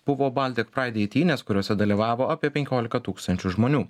buvo baltic praid eitynės kuriose dalyvavo apie penkiolika tūkstančių žmonių